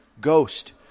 Ghost